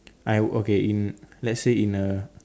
I would okay in let's say in a